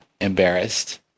embarrassed